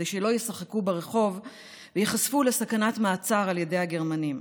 כדי שלא ישחקו ברחוב וייחשפו לסכנת מעצר על ידי הגרמנים.